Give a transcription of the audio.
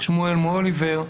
שמואל מוהליבר,